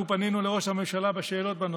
אנחנו פנינו לראש הממשלה בשאלות בנושא.